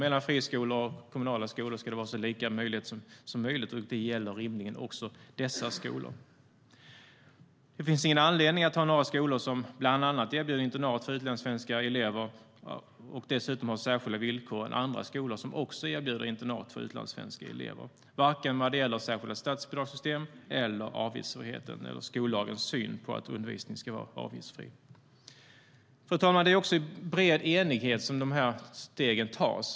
Mellan friskolor och kommunala skolor ska det vara så lika möjligheter som möjligt, och det gäller rimligen också dessa skolor. Fru talman! Det är också i bred enighet som de här stegen tas.